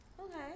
Okay